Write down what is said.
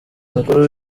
mukuru